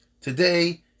Today